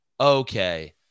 Okay